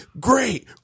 Great